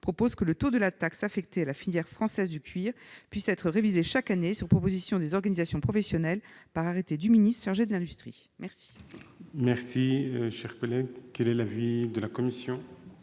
prévoit que le taux de la taxe affectée à la filière française du cuir puisse être révisé chaque année, sur proposition des organisations professionnelles, par arrêté du ministre chargé de l'industrie. Quel est l'avis de la commission ?